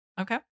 Okay